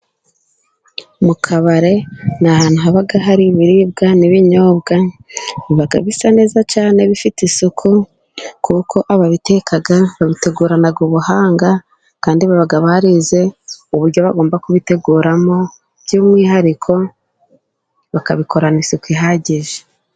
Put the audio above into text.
Mu kabari ni ahantu haba hari ibiribwa n'ibinyobwa, biba bisa neza cyane bifite isuku, kuko ababiteka babitegurana ubuhanga, kandi baba barize uburyo bagomba kubiteguramo, by'umwihariko bakabikorana isuku ihagije.